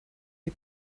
you